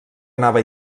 anava